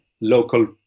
local